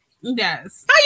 yes